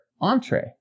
entree